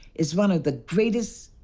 is one of the greatest.